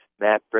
Matt